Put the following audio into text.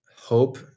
hope